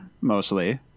mostly